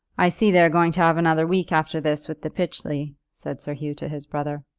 i see they're going to have another week after this with the pytchley, said sir hugh to his brother.